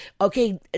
okay